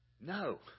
No